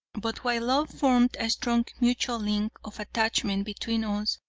but while love formed a strong mutual link of attachment between us,